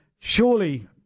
surely